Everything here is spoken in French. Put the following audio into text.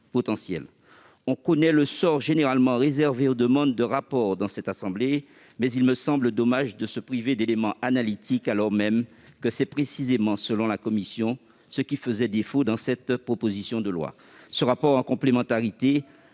On connaît le sort généralement réservé aux demandes de rapport dans cette assemblée, mais il me semblerait dommage de se priver d'éléments analytiques, alors même que c'est précisément, selon la commission, ce qui faisait défaut dans cette proposition de loi. En complément